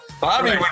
Bobby